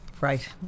Right